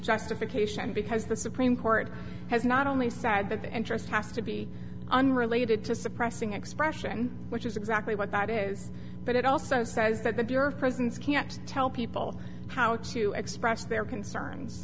justification because the supreme court has not only said that the interest has to be unrelated to suppressing expression which is exactly what that is but it also says that the bureau of prisons can't tell people how to express their concerns